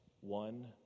one